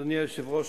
אדוני היושב-ראש,